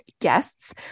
guests